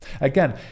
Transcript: again